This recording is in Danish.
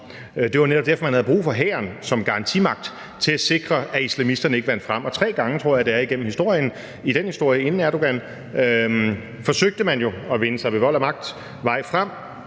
Det var jo netop derfor, han havde brug for hæren som garantimagt til at sikre, at islamisterne ikke vandt frem, og tre gange igennem historien, tror jeg det er, i den historie inden Erdogan, forsøgte man jo ved vold og magt at vinde